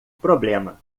problema